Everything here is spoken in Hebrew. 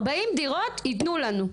40 דירות ייתנו לנו.